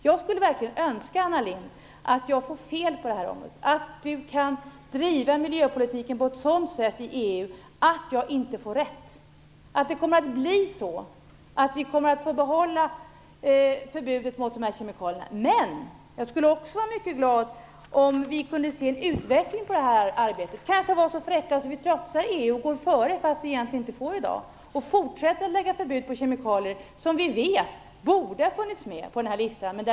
Jag skulle verkligen önska att jag får fel på det här området och att Anna Lindh kan driva miljöpolitiken på ett sådant sätt i EU att jag inte får rätt. Jag önskar att vi kunde behålla vårt förbud mot de här kemikalierna. Jag skulle också vara mycket glad om vi kunde se en utveckling på det här arbetet. Vi kanske kan vara så fräcka att vi trotsar EU och går före, fast vi egentligen inte får göra det i dag, och fortsätter att ha förbud för kemikalier som vi vet borde ha funnits med på listan.